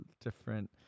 Different